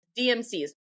DMCs